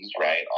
right